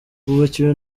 bubakiwe